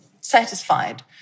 satisfied